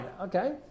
Okay